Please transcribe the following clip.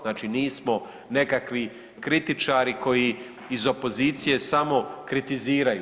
Znači nismo nekakvi kritičari koji iz opozicije samo kritiziraju.